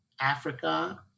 Africa